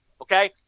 okay